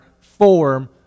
form